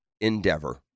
endeavor